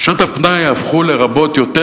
שעות הפנאי יהפכו לרבות יותר,